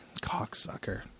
cocksucker